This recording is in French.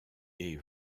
est